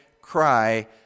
cry